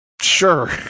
sure